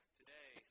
today